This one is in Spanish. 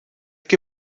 que